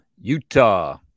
Utah